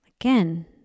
Again